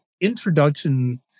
introduction